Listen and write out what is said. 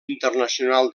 internacional